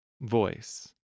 voice